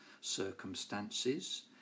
circumstances